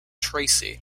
tracy